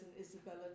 Isabella